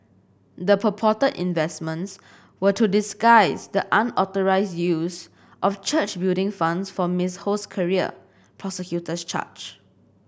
the purported investments were to disguise the unauthorised use of church Building Funds for Miss Ho's career prosecutors charge